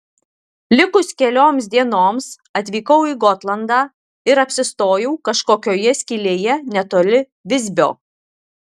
likus kelioms dienoms atvykau į gotlandą ir apsistojau kažkokioje skylėje netoli visbio